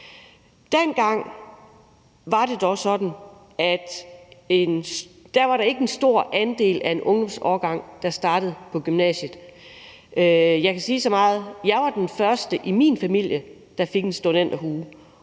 sådan, at der ikke var en stor andel af en ungdomsårgang, der startede på gymnasiet. Jeg kan sige så meget, at jeg var den første i min familie, der fik en studenterhue,